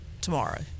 tomorrow